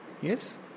Yes